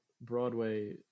Broadway